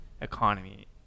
economy